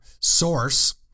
source